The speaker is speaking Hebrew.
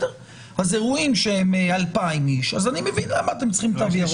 אז באירועים שהם 2,000 איש אני מבין למה אתם צריכים תו ירוק.